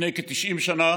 לפני כ-90 שנה